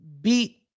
beat